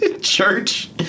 church